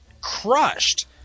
crushed